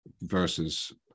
versus